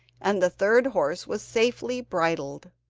and the third horse was safely bridled.